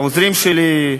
העוזרים שלי,